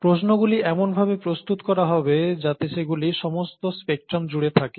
প্রশ্নগুলি এমনভাবে প্রস্তুত করা হবে যাতে সেগুলি সমস্ত স্পেক্ট্রাম জুড়ে থাকে